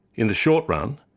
in the short run,